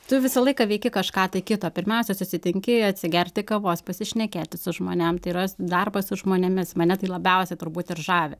tu visą laiką veiki kažką tai kito pirmiausia susitinki atsigerti kavos pasišnekėti su žmonėm tai yra darbas su žmonėmis mane tai labiausiai turbūt ir žavi